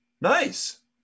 Nice